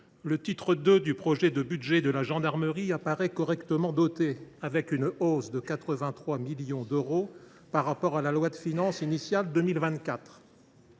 le titre 2 du projet de budget de la gendarmerie apparaît correctement doté, avec une hausse de 83 millions d’euros par rapport à la loi de finances initiale pour